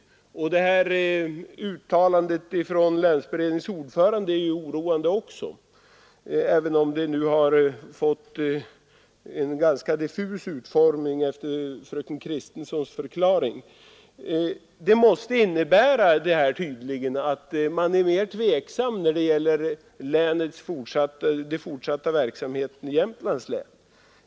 Uttalandet av länsberedningens ordförande är också oroande, även om man efter fröken Bergegrens förklaring måste säga att det fått en diffus utformning. Det här måste innebära att man är mera tveksam när det gäller den fortsatta verksamheten i Jämtlands län.